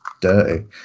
dirty